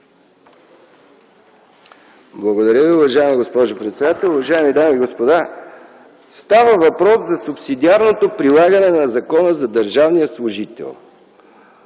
Благодаря Ви. Уважаема госпожо председател, уважаеми дами и господа, става въпрос за субсидиарното прилагане на Закона за държавния служител.